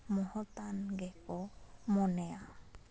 ᱢᱚᱦᱚᱛᱟᱱ ᱜᱮᱠᱚ ᱢᱚᱱᱮᱭᱟ